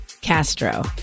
Castro